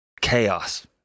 chaos